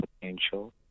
potential